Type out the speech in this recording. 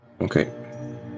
Okay